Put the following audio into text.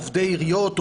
עובדי עיריות,